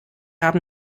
haben